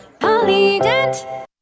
Polydent